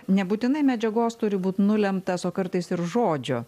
nebūtinai medžiagos turi būt nulemtas o kartais ir žodžio